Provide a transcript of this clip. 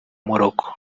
morocco